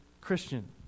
christian